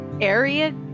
area